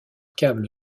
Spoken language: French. câble